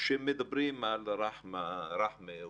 כשמדברים על רח'מה,